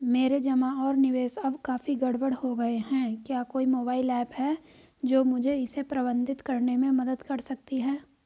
मेरे जमा और निवेश अब काफी गड़बड़ हो गए हैं क्या कोई मोबाइल ऐप है जो मुझे इसे प्रबंधित करने में मदद कर सकती है?